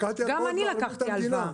גם אני לקחתי הלוואה.